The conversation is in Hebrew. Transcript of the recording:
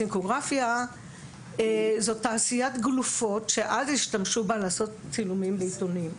צינקוגרפיה זאת תעשיית גלופות שאז השתמשו בה לעשות צילומים לעיתונים,